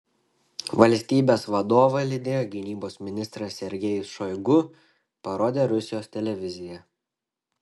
valstybės vadovą lydėjo gynybos ministras sergejus šoigu parodė rusijos televizija